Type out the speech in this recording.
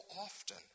often